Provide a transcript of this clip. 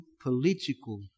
political